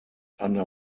under